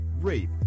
rape